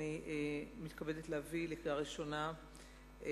אני מתכבדת להביא לקריאה ראשונה את